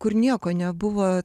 kur nieko nebuvo